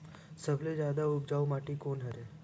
सबले जादा उपजाऊ माटी कोन हरे?